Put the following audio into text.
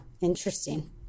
interesting